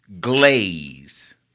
glaze